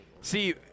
See